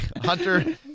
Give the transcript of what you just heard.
Hunter